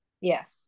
Yes